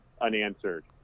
unanswered